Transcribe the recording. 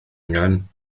angen